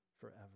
forever